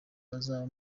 bazaba